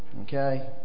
Okay